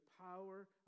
power